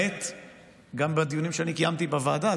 גם בדיונים שאני קיימתי בוועדה,